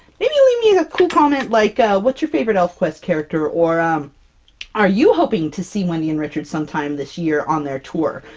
maybe leave me a cool comment, like, what's your favorite elfquest character? or um are you hoping to see wendy and richard sometime this year, on their tour?